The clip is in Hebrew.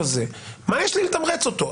מה יש לי לתמרץ אותו?